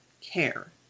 care